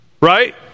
Right